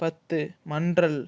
பத்து மன்றல்